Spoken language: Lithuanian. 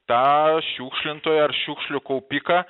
tą šiukšlintoją ar šiukšlių kaupiką